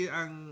ang